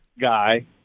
guy